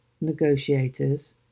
negotiators